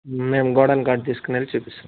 మేము గోడౌన్ కాడకి తీసుకుని వెళ్ళి చూపిస్తాం